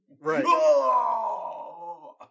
Right